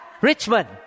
Richmond